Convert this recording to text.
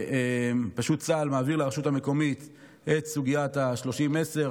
צה"ל מעביר לרשות המקומית את סוגיית 30:10,